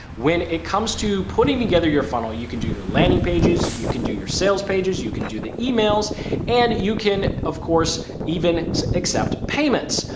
when it comes to putting together your funnel, you can do your landing pages. you can do your sales pages, you can do the emails and you can of course even accept payments,